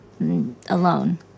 Alone